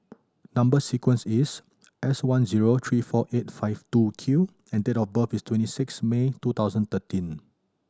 number sequence is S one zero three four eight five two Q and date of birth is twenty six May two thousand thirteen